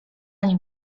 nim